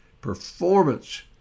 performance